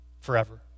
forever